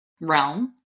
realm